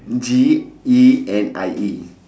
G E N I E